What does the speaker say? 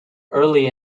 early